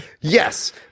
Yes